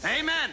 amen